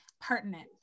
pertinent